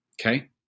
Okay